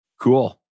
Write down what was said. Cool